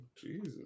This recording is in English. Jesus